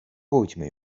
pójdźmy